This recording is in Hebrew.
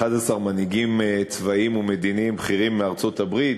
11 מנהיגים צבאיים ומדיניים בכירים מארצות-הברית,